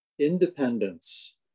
independence